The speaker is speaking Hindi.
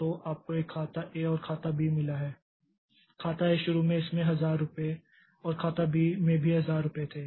तो आपको एक खाता ए और खाता बी मिला है खाता ए शुरू में इसमें 1000 रुपये और खाता बी में भी 1000 रुपये थे